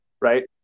right